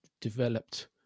developed